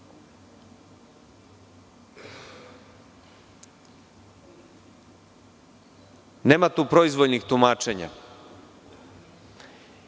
tu proizvoljnih tumačenja